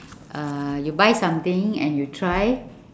uh you buy something and you try